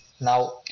Now